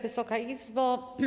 Wysoka Izbo!